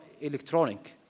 electronic